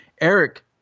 Eric